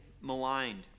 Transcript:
maligned